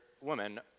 Woman